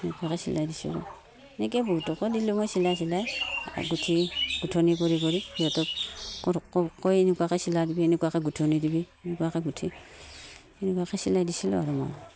এনেকুৱাকৈ চিলাই দিছিলোঁ এনেকৈ বহুতকো দিলোঁ মই চিলাই চিলাই গোঁঠি গোঁঠনি কৰি কৰি সিহঁতক কয় এনেকুৱাকৈ চিলাই দিবি এনেকুৱাকৈ গোঁঠনি দিবি এনেকুৱাকৈ গোঁঠি এনেকুৱাকৈ চিলাই দিছিলোঁ আৰু মই